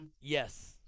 Yes